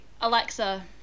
alexa